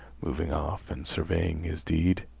moving off and surveying his deed,